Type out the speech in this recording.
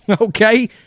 okay